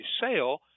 sale